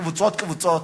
קבוצות-קבוצות.